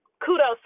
Kudos